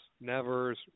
Nevers